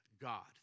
God